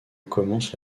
commence